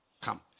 Come